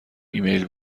ایمیل